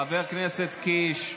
חבר הכנסת קיש,